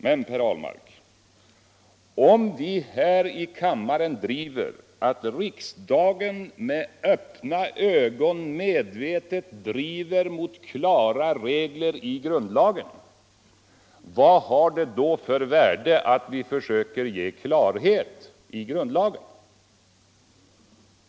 Men, Per Ahlmark, om vi här i kammaren har den uppfattningen att riksdagen med öppna ögon medvetet bryter mot klara regler, vad har det då för värde att vi försöker åstadkomma klarhet i grundlagen?